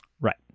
Right